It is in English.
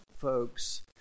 folks